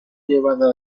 llevada